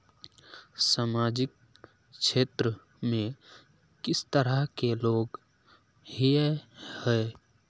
सामाजिक क्षेत्र में किस तरह के लोग हिये है?